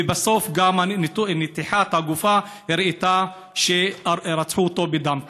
ובסוף גם נתיחת הגופה הראתה שרצחו אותו בדם קר.